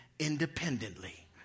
independently